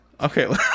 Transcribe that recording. Okay